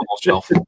shelf